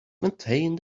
maintained